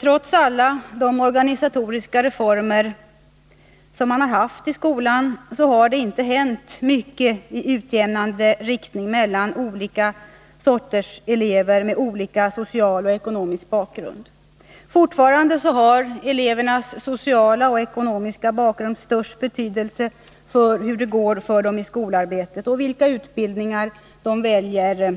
Trots alla de organisatoriska reformer som har genomförts i skolan har det inte hänt mycket i utjämnande riktning mellan olika sorters elever. Fortfarande har elevernas sociala och ekonomiska bakgrund störst betydelse för hur det går för dem i skolarbetet och vilka utbildningar de väljer